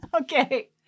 okay